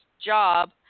job